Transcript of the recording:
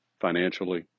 financially